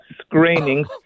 screenings